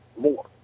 more